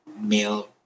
male